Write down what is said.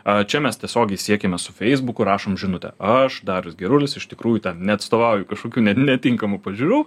a čia mes tiesiogiai siekiames su feisbuku rašom žinutę aš darius gerulis iš tikrųjų ten neatstovauju kažkokių ne netinkamų pažiūrų